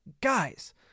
guys